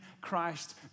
Christ